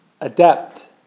adept